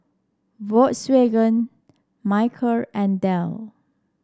Volkswagen Mediheal and Dell